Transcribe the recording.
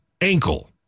ankle